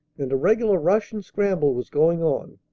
and a regular rush and scramble was going on,